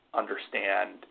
understand